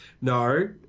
No